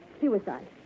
Suicide